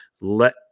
let